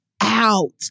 out